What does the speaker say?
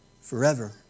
forever